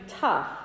tough